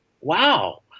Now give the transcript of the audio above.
wow